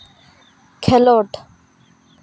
ᱠᱷᱮᱞᱳᱰ